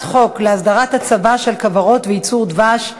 חוק להסדרת הצבה של כוורות וייצור דבש,